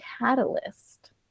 catalyst